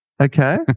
okay